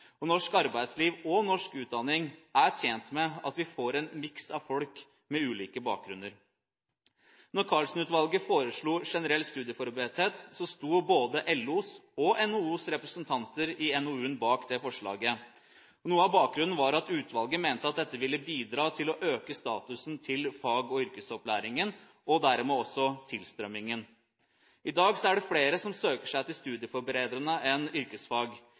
Norsk arbeidsliv og norsk utdanning er tjent med at vi får en miks av folk med ulike bakgrunner. Da Karlsen-utvalget foreslo generell studieforberedthet, sto både LOs og NHOs representanter i NOU-en bak det forslaget. Noe av bakgrunnen var at utvalget mente at dette ville bidra til å øke statusen til fag- og yrkesopplæringen, og dermed også tilstrømmingen. I dag er det flere som søker seg til studieforberedende enn til yrkesfag.